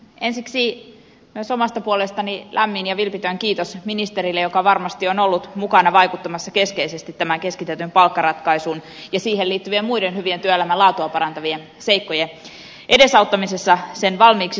ensiksi myös omasta puolestani lämmin ja vilpitön kiitos ministerille joka varmasti on ollut mukana vaikuttamassa keskeisesti tämän keskitetyn palkkaratkaisun ja siihen liittyvien muiden hyvien työelämän laatua parantavien seikkojen edesauttamisessa sen valmiiksi saattamisessa